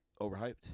overhyped